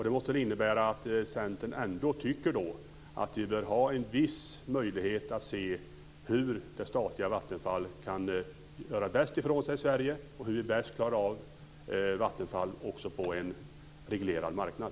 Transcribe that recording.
Det måste innebära att Centern ändå tycker att vi bör ha en viss möjlighet att se hur det statliga Vattenfall kan göra bäst ifrån sig i Sverige och hur vi bäst klarar av Vattenfall också på en reglerad marknad.